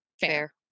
fair